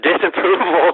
disapproval